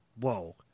whoa